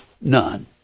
None